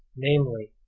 namely,